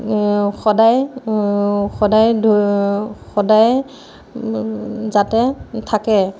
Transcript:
সদায় সদায় সদায় যাতে থাকে